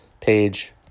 page